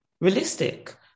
realistic